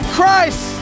Christ